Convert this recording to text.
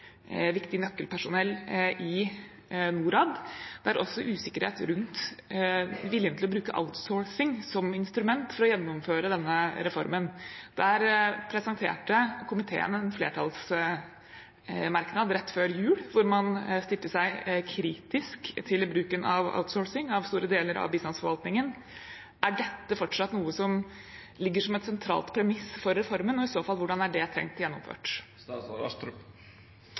instrument for å gjennomføre denne reformen. Der presenterte komiteen en flertallsmerknad rett før jul, hvor man stilte seg kritisk til bruken av outsourcing av store deler av bistandsforvaltningen. Er dette fortsatt noe som ligger som et sentralt premiss for reformen? Og i så fall: Hvordan er det tenkt gjennomført?